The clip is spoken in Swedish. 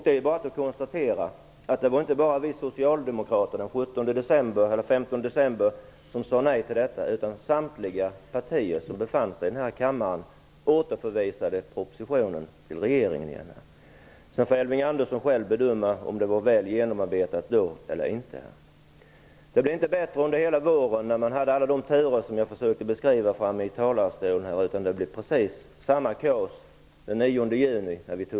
Det var inte bara vi socialdemokrater som sade nej till detta den 15 december - samtliga partier som är representerade här i kammaren stod bakom återförvisningen av propositionen till regeringen. Jag bara konstaterar det - sedan får Elving Andersson själv bedöma om förslaget var väl genomarbetat eller inte. Det blev inte bättre under våren med alla de turer som jag försökte beskriva från talarstolen. Den 9 juni när vi fattade det andra beslutet blev det precis samma kaos.